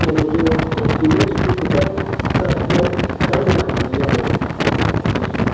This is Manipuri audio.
ꯀꯩꯅꯣꯁꯨ ꯗꯤꯁ ꯐꯤꯡꯒꯔꯗꯨꯁꯨ ꯈꯤꯇꯪ ꯀ꯭ꯂꯁꯇꯨ ꯈꯤꯇꯪ ꯅꯨꯡꯉꯥꯏꯇꯕ ꯌꯥꯎꯋꯦ ꯑꯗꯨꯗꯁꯨ